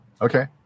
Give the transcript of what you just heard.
Okay